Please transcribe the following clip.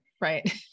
Right